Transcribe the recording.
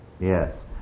Yes